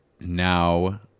now